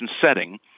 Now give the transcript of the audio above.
setting